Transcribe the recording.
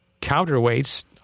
counterweights